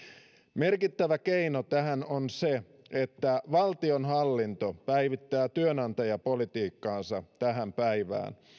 merkittävä keino tähän on se että valtionhallinto päivittää työnantajapolitiikkaansa tähän päivään